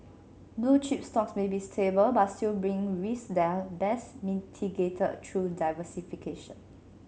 blue chip stocks may be stable but still brings risks that are best mitigated through diversification